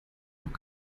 auch